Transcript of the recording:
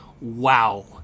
wow